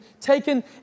taken